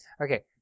Okay